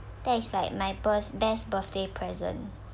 that is like my birth~ best birthday present